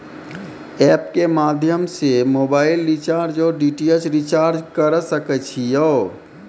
App के माध्यम से मोबाइल रिचार्ज ओर डी.टी.एच रिचार्ज करऽ सके छी यो?